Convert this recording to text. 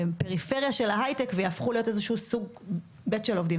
פריפריה של ההיי טק ויהפכו להיות איזה שהוא סוג ב' של עובדים,